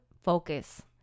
focus